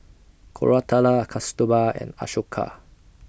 Koratala Kasturba and Ashoka